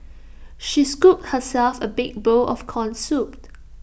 she scooped herself A big bowl of Corn Soup